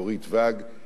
דורית ואג,